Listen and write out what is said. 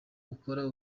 akora